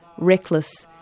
reckless,